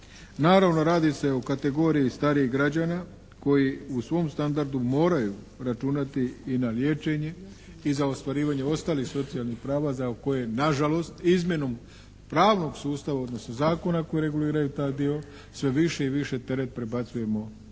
Naravno radi se o kategoriji starijih građana koji u svom standardu moraju računati i na liječenje i za ostvarivanje ostalih socijalnih prava za koje nažalost izmjenom pravnog sustava odnosno zakona koji reguliraju taj dio sve više i više teret prebacujemo sa